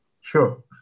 Sure